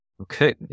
okay